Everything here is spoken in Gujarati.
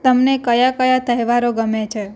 તમને કયા કયા તહેવારો ગમે છે